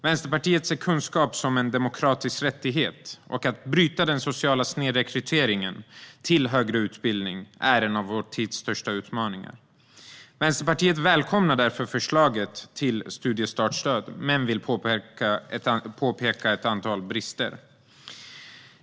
Vänsterpartiet ser kunskap som en demokratisk rättighet, och att bryta den sociala snedrekryteringen till högre utbildning är en av vår tids största utmaningar. Vänsterpartiet välkomnar därför förslaget till studiestartsstöd men vill påpeka ett antal brister.